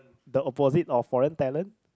the opposite of foreign talent